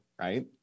right